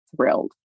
thrilled